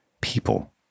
people